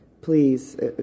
please